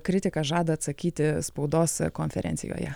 kritiką žada atsakyti spaudos konferencijoje